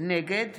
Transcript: נגד